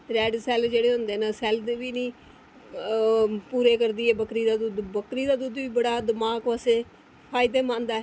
ते red cell जेह्ड़े होंदे न ओह् सैल्ल दे बी नी पूरे करदी ऐ बक्करी दा दुद्ध बक्करी दा दुद्ध बी दमाग आस्तै फायदेमंद ऐ